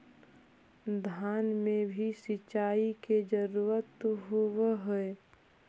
धान मे भी सिंचाई के जरूरत होब्हय?